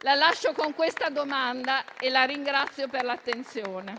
La lascio con questa domanda e la ringrazio per l'attenzione.